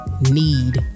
need